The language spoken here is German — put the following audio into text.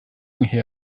kollegen